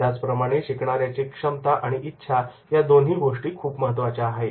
त्याचप्रमाणे शिकणाऱ्याची क्षमता आणि इच्छा या दोन्ही गोष्टी खूप महत्त्वाच्या आहेत